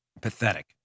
Pathetic